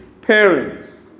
parents